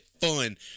fun